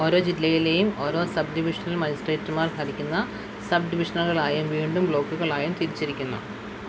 ഓരോ ജില്ലയിലേയും ഓരോ സബ് ഡിവിഷണൽ മജിസ്ട്രേറ്റുമാർ ഭരിക്കുന്ന സബ് ഡിവിഷനുകളായും വീണ്ടും ബ്ലോക്കുകളായും തിരിച്ചിരിക്കുന്നു